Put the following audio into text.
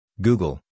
Google